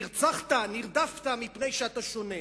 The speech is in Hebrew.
נרצחת, נרדפת, מפני שאתה שונה,